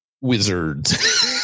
wizards